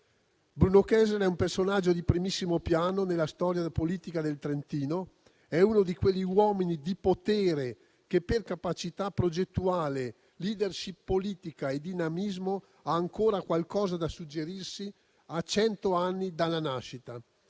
Bruno Kessler è un personaggio di primissimo piano nella storia della politica del Trentino; è uno di quegli uomini di potere che, per capacità progettuale, *leadership* politica e dinamismo, ha ancora qualcosa da suggerirci a cento anni dalla nascita,